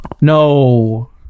no